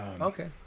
Okay